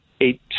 eight